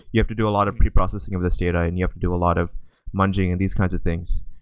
you have to do a lot of preprocessing of this data and you have to do a lot of munging and these kinds of things.